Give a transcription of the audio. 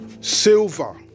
silver